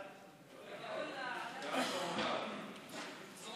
ההצעה להעביר את הצעת חוק